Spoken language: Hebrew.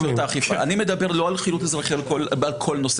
אני מדבר לא על חילוט אזרחי על כל נושא